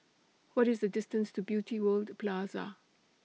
What IS The distance to Beauty World Plaza